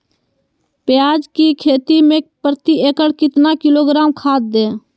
प्याज की खेती में प्रति एकड़ कितना किलोग्राम खाद दे?